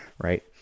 right